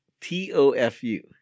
T-O-F-U